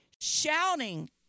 Shouting